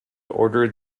ordered